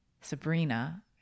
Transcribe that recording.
Sabrina